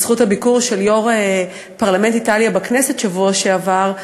בזכות הביקור של יו"ר פרלמנט איטליה בכנסת בשבוע שעבר,